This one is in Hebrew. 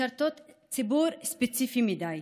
משרתות ציבור ספציפי מדי